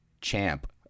champ